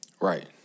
Right